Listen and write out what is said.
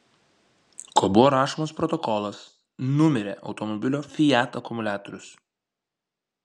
kol buvo rašomas protokolas numirė automobilio fiat akumuliatorius